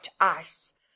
ice